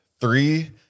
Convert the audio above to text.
three